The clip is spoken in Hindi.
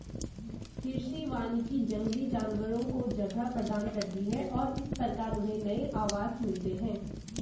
कृषि वानिकी जंगली जानवरों को जगह प्रदान करती है और इस प्रकार उन्हें नए आवास मिलते हैं